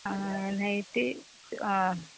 nightie ആ